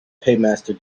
paymaster